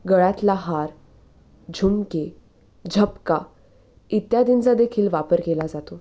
गळ्यातला हार झुमके झपका इत्यादींचा देखील वापर केला जातो